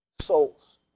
souls